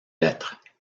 lettres